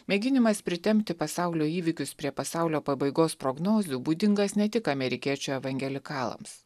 mėginimas pritempti pasaulio įvykius prie pasaulio pabaigos prognozių būdingas ne tik amerikiečių evangelikalams